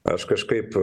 aš kažkaip